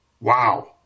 Wow